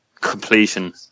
completion